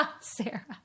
Sarah